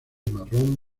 marrón